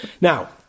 Now